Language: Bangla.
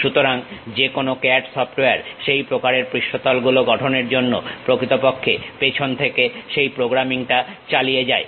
সুতরাং যেকোনো CAD সফটওয়্যার সেই প্রকারের পৃষ্ঠতলগুলো গঠনের জন্য প্রকৃতপক্ষে পেছন থেকে সেই প্রোগ্রামিং টা চালিয়ে যায়